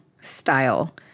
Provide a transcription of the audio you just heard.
style